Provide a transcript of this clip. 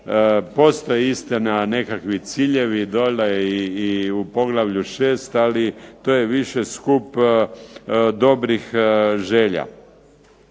Postoje istina nekakvi ciljevi dole i u poglavlju VI. Ali to je više skup dobrih želja.